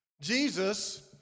Jesus